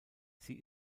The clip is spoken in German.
sie